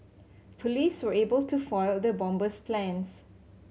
police were able to foil the bomber's plans